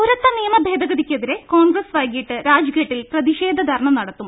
പൌരത്വ നിയമ ഭേദഗതിക്കെതിരെ കോൺഗ്രസ് വൈകിട്ട് രാജ്ഘട്ടിൽ പ്രതിഷേധ ധർണ നടത്തും